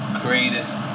greatest